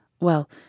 well